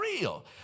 real